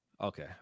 okay